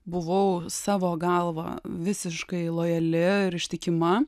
buvau savo galva visiškai lojali ir ištikima